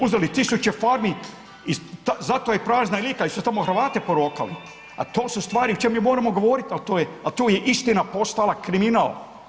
Uzeli 1.000 farmi i zato je prazna Lika jer su tamo Hrvate porokali, a to su stvari o čemu mi moramo govoriti, a tu je istina postala kriminal.